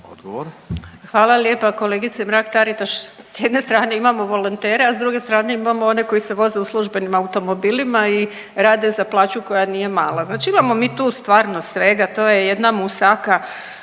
Hvala lijepa kolegice Mrak-Taritaš. S jedne strane imamo volontere, a s druge strane imamo one koji se voze u službenim automobilima i rade za plaću koja nije mala. Znači imamo mi tu stvarno svega, to je jedna musaka